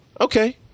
Okay